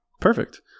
perfect